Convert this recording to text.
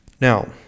Now